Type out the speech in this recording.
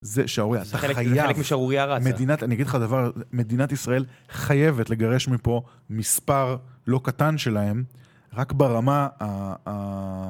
זה שערוריה, אתה חייב, מדינת, אני אגיד לך דבר, מדינת ישראל חייבת לגרש מפה מספר לא קטן שלהם, רק ברמה ה...